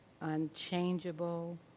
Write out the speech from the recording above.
unchangeable